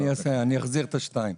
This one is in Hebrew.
אני אחזיר את ה-2.